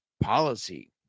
policy